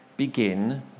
begin